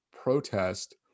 protest